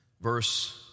Verse